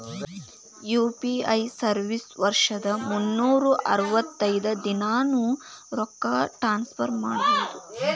UPI service ವರ್ಷದ್ ಮುನ್ನೂರ್ ಅರವತ್ತೈದ ದಿನಾನೂ ರೊಕ್ಕ ಟ್ರಾನ್ಸ್ಫರ್ ಮಾಡ್ಬಹುದು